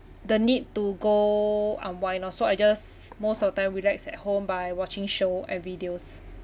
the need to go unwind lor so I just most of the time relax at home by watching show and videos